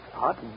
Hot